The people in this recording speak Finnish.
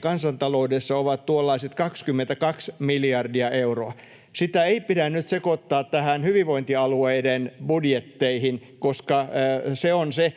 kansantaloudessa ovat kaiken kaikkiaan tuollaiset 22 miljardia euroa. Sitä ei pidä nyt sekoittaa näihin hyvinvointialueiden budjetteihin — koska se on se